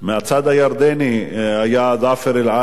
מהצד הירדני היה זאפר אל-עאלם,